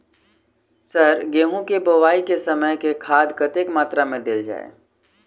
Sir गेंहूँ केँ बोवाई केँ समय केँ खाद कतेक मात्रा मे देल जाएँ?